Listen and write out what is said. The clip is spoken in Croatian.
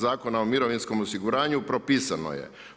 Zakona o mirovinskom osiguranju propisano je.